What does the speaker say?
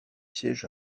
siège